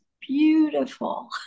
beautiful